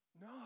No